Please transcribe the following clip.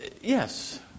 Yes